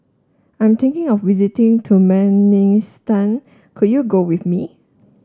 I'm thinking of visiting Turkmenistan can you go with me